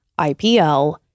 IPL